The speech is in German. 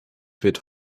wird